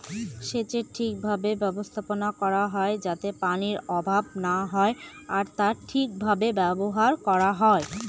সেচের ঠিক ভাবে ব্যবস্থাপনা করা হয় যাতে পানির অভাব না হয় আর তা ঠিক ভাবে ব্যবহার করা হয়